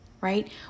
right